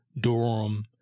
Durham